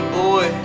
boy